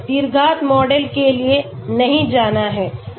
द्विघात मॉडल के लिए नहीं जाना है